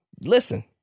Listen